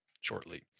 shortly